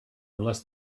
unless